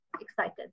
excited